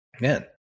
man-